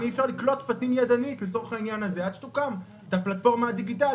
לקלוט טפסים ידנית עד שתוקם הפלטפורמה הדיגיטלית?